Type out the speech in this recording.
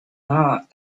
heart